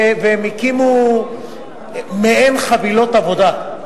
והם הקימו מעין חבילות עבודה.